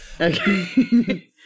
Okay